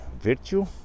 virtue